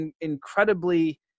incredibly